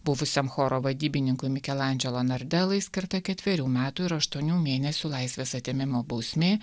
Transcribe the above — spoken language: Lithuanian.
buvusiam choro vadybininkui mikelandželo nardelai skirta ketverių metų ir aštuonių mėnesių laisvės atėmimo bausmė